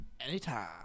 Anytime